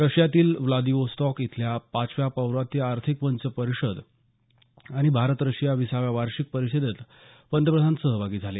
रशियातील Vladivostok इथल्या पाचव्या पौर्वात्य आर्थिक मंच परिषद आणि भारत रशिया विसाव्या वार्षिक परिषदेत पंतप्रधान सहभागी झाले